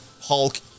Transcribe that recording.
Hulk